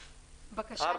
בבקשה,